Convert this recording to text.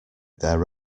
their